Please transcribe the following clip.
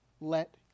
let